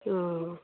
हॅं